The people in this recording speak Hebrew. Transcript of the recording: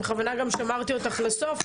בכוונה גם שמרתי אותך לסוף,